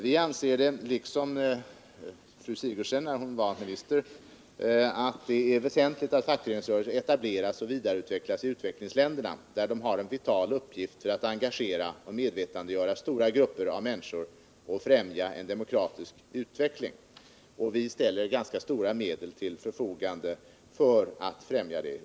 Vi anser liksom fru Sigurdsen gjorde när hon var minister att det är väsentligt att fackföreningsrörelser etableras och vidareutvecklas i utvecklingsländerna, där de har en vital uppgift när det gäller att engagera och medvetandegöra stora grupper av människor och främja en demokratisk utveckling. Vi ställer ganska stora medel till förfogande för detta.